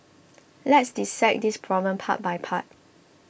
let's dissect this problem part by part